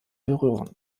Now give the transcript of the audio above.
berühren